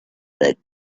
that